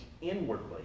inwardly